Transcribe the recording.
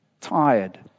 tired